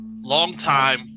longtime